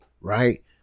right